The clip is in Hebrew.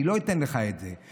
אני לא אתן לך את זה.